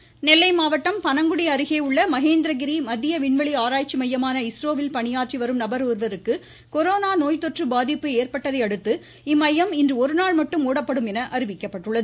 Covid மாவட்டம் நெல்லை மாவட்டம் பனங்குடி அருகே உள்ள மகேந்திரகிரி மத்திய விண்வெளி ஆராய்ச்சி மையமான இஸ்ரோவில் பணியாற்றி வரும் நபர் ஒருவருக்கு கொரோனா நோய்த்தொற்று பாதிப்பு ஏற்பட்டதையடுத்து இம்மையம் இன்று ஒருநாள் மட்டும் மூடப்படும் என அறிவிக்கப்பட்டுள்ளது